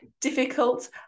difficult